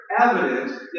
evidence